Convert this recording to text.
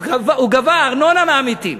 הוא גבה ארנונה מהמתים.